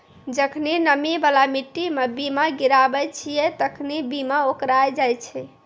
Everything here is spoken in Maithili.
जखनि नमी बाला मट्टी मे बीया गिराबै छिये तखनि बीया ओकराय जाय छै